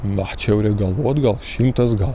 na čia jau reik galvot gal šimtas gal